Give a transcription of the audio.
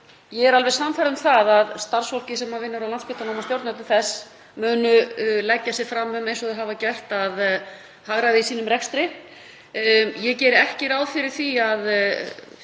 Ég er alveg sannfærð um það að starfsfólkið sem vinnur á Landspítalanum og stjórnendur hans munu leggja sig fram um, eins og þau hafa gert, að hagræða í sínum rekstri. Ég geri ekki ráð fyrir því að